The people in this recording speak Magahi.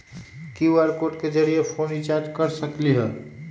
कियु.आर कोड के जरिय फोन रिचार्ज कर सकली ह?